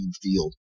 field